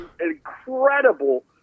incredible